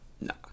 No